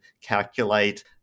calculate